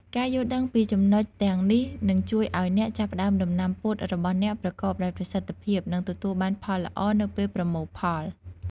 ការយល់ដឹងពីចំណុចទាំងនេះនឹងជួយឱ្យអ្នកចាប់ផ្ដើមដំណាំពោតរបស់អ្នកប្រកបដោយប្រសិទ្ធភាព និងទទួលបានផលល្អនៅពេលប្រមូលផល។